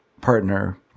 partner